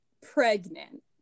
pregnant